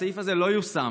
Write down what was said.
הסעיף הזה לא יושם